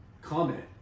comment